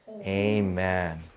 amen